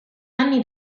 anni